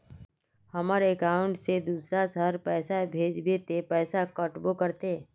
हमर अकाउंट से दूसरा शहर पैसा भेजबे ते पैसा कटबो करते?